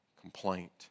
complaint